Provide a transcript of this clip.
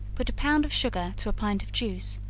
put a pound of sugar to a pint of juice,